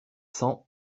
cents